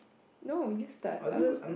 no you start I'll lose